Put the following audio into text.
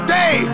day